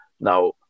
now